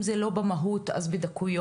אם זה לא במהות אז בדקויות,